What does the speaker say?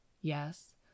Yes